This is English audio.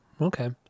Okay